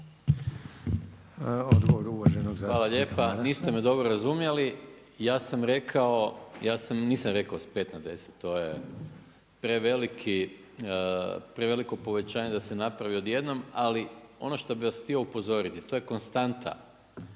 Hvala lijepa. Niste me dobro razumjeli, ja sam rekao, ja nisam rekao s 5 na 10, to je preveliko povećanje da se napravi odjednom, ali ono što bi vas htio upozoriti, to je konstanta